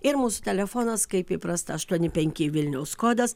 ir mūsų telefonas kaip įprasta aštuoni penki vilniaus kodas